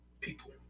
people